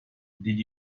did